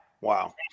wow